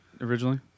originally